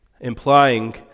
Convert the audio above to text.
Implying